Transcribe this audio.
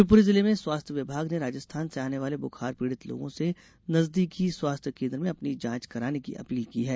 शिवपुरी जिले में स्वास्थ्य विभाग ने राजस्थान से आने वाले बुखार पीड़ित लोगों से नजदीकी स्वास्थ्य केन्द्र में अपनी जांच कराने की अपील की है